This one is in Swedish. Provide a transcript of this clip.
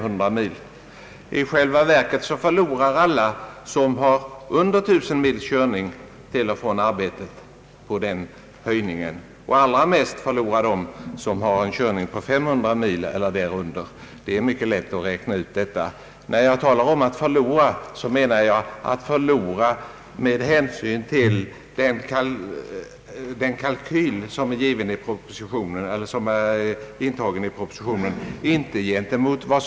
Jag vill bara säga att det är alldeles riktigt som herr Tistad framhåller att schablonen stämmer för alla endast under en förutsättning, nämligen att man kör 1300 mil privat och 1 000 mil till och från arbetet samt att de kostnadsposter som inräknas i kalkylen är riktiga. Endast under den förutsättningen blir det millimeterrättvisa.